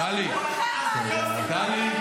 טלי --- אני פעילה ברשתות חברתיות -- טלי,